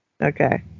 Okay